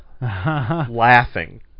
laughing